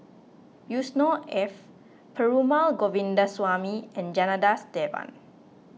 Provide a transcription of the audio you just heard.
Yusnor Ef Perumal Govindaswamy and Janadas Devan